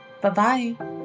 Bye-bye